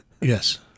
yes